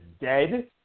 dead